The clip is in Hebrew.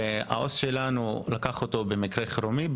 אז העו״ס שלנו לקח אותו ב- zoom כמקרה חירום,